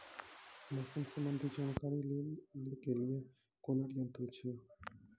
मौसम संबंधी जानकारी ले के लिए कोनोर यन्त्र छ?